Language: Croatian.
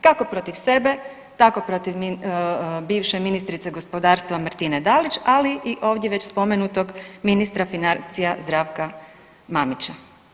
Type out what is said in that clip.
Kako protiv sebe, tako protiv min, bivše ministrice gospodarstva Martine Dalić, ali i ovdje već spomenutog ministra financija Zdravka Mamića.